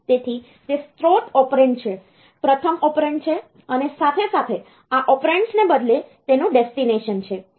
તેથી તે સ્ત્રોત ઓપરેન્ડ છે પ્રથમ ઓપરેન્ડ છે અને સાથે સાથે આ ઓપરેશન્સને બદલે તેનું ડેસ્ટિનેશન છે